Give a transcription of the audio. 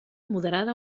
moderada